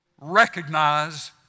recognize